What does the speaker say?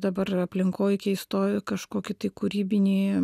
dabar aplinkoj keistoj kažkokį tai kūrybinį